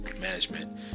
management